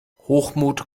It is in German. hochmut